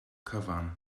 cyfan